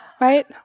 right